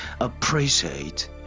appreciate